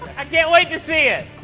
i can't wait to see it.